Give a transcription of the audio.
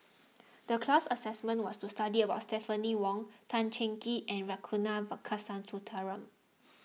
the class assignment was to study about Stephanie Wong Tan Cheng Kee and Ragunathar Kanagasuntheram